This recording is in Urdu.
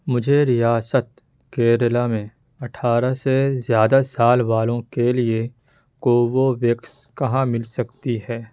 مجھے ریاست کیرل میں اٹھارہ سے زیادہ سال والوں کے لیے کوووویکس کہاں مل سکتی ہے